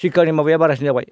शिक्षानि माबाया बारासिन जाबाय